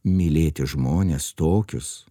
mylėti žmones tokius